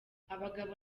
abagabo